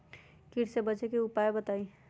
कीट से बचे के की उपाय हैं बताई?